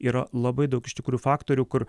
yra labai daug iš tikrųjų faktorių kur